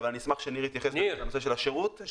אשמח שניר יתייחס לנושא של השירות.